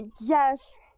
Yes